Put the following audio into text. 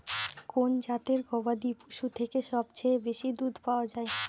কোন জাতের গবাদী পশু থেকে সবচেয়ে বেশি দুধ পাওয়া সম্ভব?